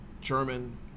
german